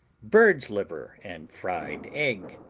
bird's liver and fried egg,